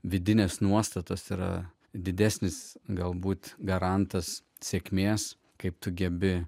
vidinės nuostatos yra didesnis galbūt garantas sėkmės kaip tu gebi